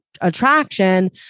attraction